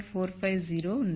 450 ఉంది